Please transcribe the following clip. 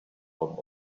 from